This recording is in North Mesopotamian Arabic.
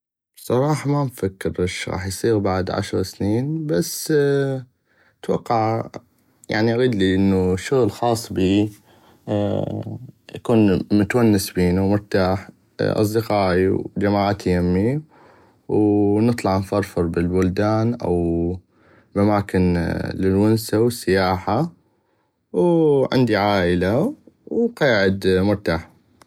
بصراحة ما مفكر اش راح اصير بعد عشر سنين بس اتوقع يعني اغيدي شغل خاص بيه يكون متونس بينو مرتاح اصدقائي وجماعتي يمي ونطلع نفرفر بل البلدان او اماكن للونسة والسياحة وعندي عائلة وقيعد مرتاح.